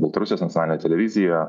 baltarusijos nacionalinę televiziją